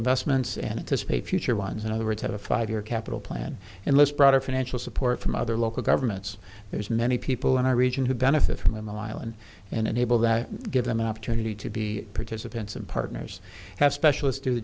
investments and to spay future ones in other words have a five year capital plan and let's broader financial support from other local governments there's many people in our region who benefit from the island and enable that give them an opportunity to be participants and partners have specialist do